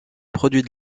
produits